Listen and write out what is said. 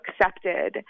accepted—